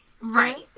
Right